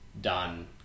done